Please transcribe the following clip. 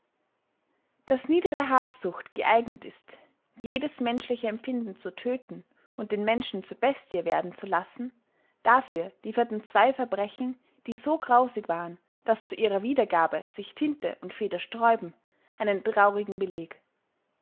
daß niedere habsucht geeignet ist jedes menschliche empfinden zu töten und den menschen zur bestie werden zu lassen dafür lieferten zwei verbrechen die so grausig waren daß zu ihrer wiedergabe sich tinte und feder sträuben einen traurigen beleg